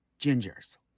gingers